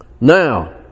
Now